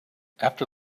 after